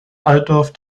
altdorf